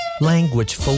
Language